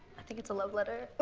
i think it's a love letter.